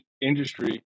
industry